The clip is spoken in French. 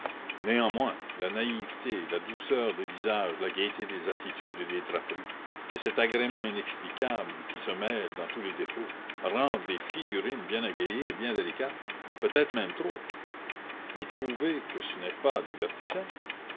néanmoins la naïveté la douceur des visages la gaieté des attitudes et des draperies et cet agrément inexplicable qui se mêle dans tous les défauts rendent les figurines bien égayées et bien délicates peut-être même trop vous trouvez que ce n'est pas divertissant